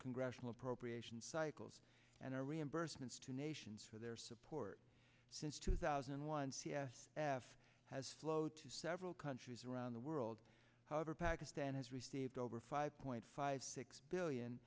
congressional appropriations cycles and our reimbursements to nations for their support since two thousand and one c s f has flowed to several countries around the world however pakistan has received over five point five six billion